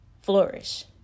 flourish